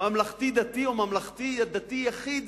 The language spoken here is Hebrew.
ממלכתי-דתי או ממלכתי-דתי יחיד